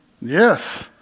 Yes